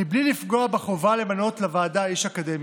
מבלי לפגוע בחובה למנות לוועדה איש אקדמיה.